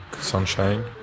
sunshine